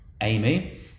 Amy